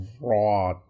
raw